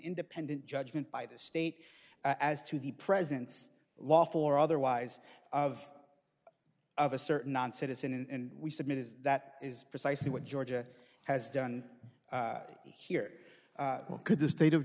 independent judgment by the state as to the presence lawful or otherwise of of a certain non citizen and we submit is that is precisely what georgia has done here could the state of